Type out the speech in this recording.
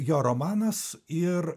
jo romanas ir